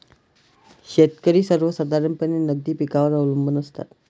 शेतकरी सर्वसाधारणपणे नगदी पिकांवर अवलंबून असतात